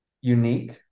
unique